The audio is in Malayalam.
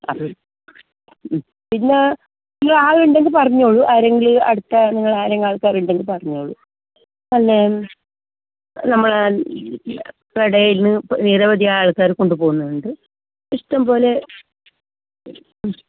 അത് പിന്നെ നിങ്ങൾ ആളുണ്ടെങ്കിൽ പറഞ്ഞോളൂ ആരെങ്കിലും അടുത്ത നിങ്ങളുടെ ആരെങ്കിലും ആൾക്കാരുണ്ടെങ്കിൽ പറഞ്ഞോളൂ അല്ലേൽ നമ്മൾ കടയിൽ നിന്നു നിരവധി ആൾക്കാർ കൊണ്ടുപോകുന്നുണ്ട് ഇഷ്ടംപോലെ